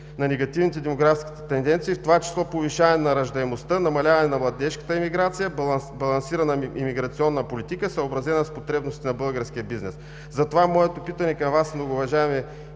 на негативните демографски тенденции, в това число повишаване на раждаемостта, намаляване на младежката емиграция, балансирана емиграционна политика, съобразена с потребностите на българския бизнес.“ Затова моето питане към Вас, многоуважаеми